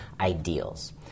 ideals